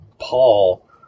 Paul